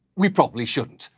we probably shouldn't.